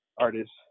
artists